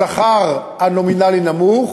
השכר הנומינלי נמוך,